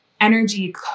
energy